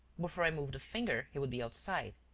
before i moved a finger, he would be outside.